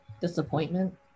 Disappointment